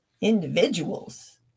individuals